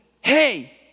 hey